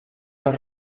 los